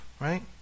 Right